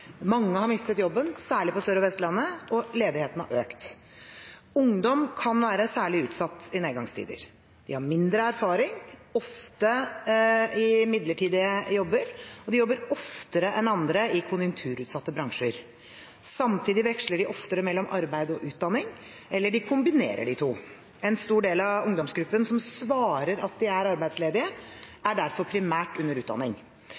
Mange har mistet jobben, særlig på Sør- og Vestlandet, og ledigheten har økt. Ungdom kan være særlig utsatt i nedgangstider. De har mindre erfaring, er ofte i midlertidige jobber, og de jobber oftere enn andre i konjunkturutsatte bransjer. Samtidig veksler de oftere mellom arbeid og utdanning, eller de kombinerer de to. En stor del av ungdomsgruppen som svarer at de er arbeidsledige, er derfor primært under utdanning.